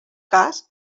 cas